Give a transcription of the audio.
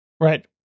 right